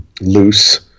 loose